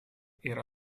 era